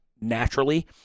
naturally